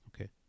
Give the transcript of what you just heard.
Okay